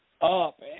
up